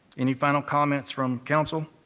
any final comments from council?